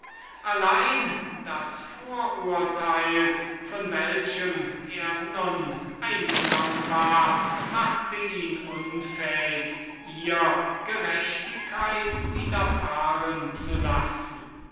allein das vorurteil von welchem er nun eingenommen war machte ihn unfähig ihr gerechtigkeit widerfahren zu lassen